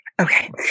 Okay